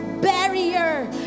barrier